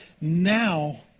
now